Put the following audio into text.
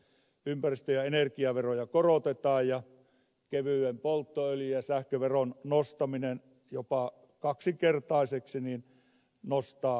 ympäristö ja energiaveroja korotetaan ja kevyen polttoöljyn ja sähköveron nostaminen jopa kaksinkertaiseksi nostaa asumiskuluja